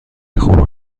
خوب